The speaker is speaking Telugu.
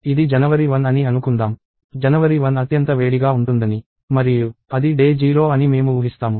ఇది జనవరి 1 అని అనుకుందాం జనవరి 1 అత్యంత వేడిగా ఉంటుందని మరియు అది డే 0 అని మేము ఊహిస్తాము